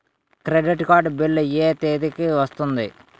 Credit card bill ఎ తేదీ కి వస్తుంది?